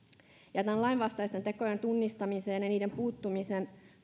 lainvastaisten tekojen tunnistamisen ja niihin puuttumisen